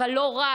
אבל לא רק,